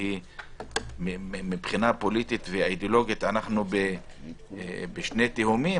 שהיא מבחינה פוליטית ואידאולוגית אנחנו בשתי תהומות,